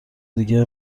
دیگه